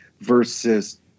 versus